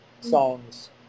songs